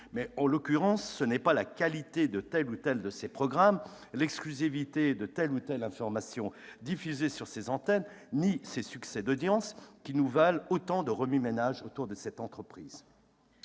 mais, en l'occurrence, ce n'est ni la qualité de tel ou tel programme, ni l'exclusivité de telle ou telle information diffusée sur ses antennes, ni ses succès d'audience qui nous valent autant de remue-ménage autour de cette entreprise.